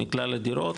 מכלל הדירות,